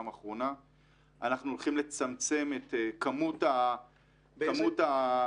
אנחנו הולכים לצמצם את כמות הנכויות,